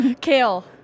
Kale